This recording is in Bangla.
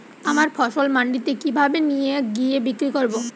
আমার ফসল মান্ডিতে কিভাবে নিয়ে গিয়ে বিক্রি করব?